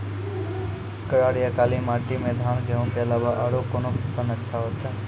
करार या काली माटी म धान, गेहूँ के अलावा औरो कोन फसल अचछा होतै?